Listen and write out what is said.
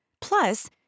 Plus